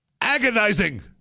agonizing